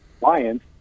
Lions